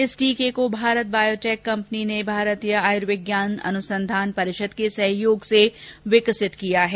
इस टीके को भारत बायोटेक कम्पनी ने भारतीय आयुर्विज्ञान अनुसंधान परिषद के सहयोग से विकसित किया है